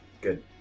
Good